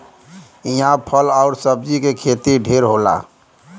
इहां फल आउर सब्जी के खेती ढेर होला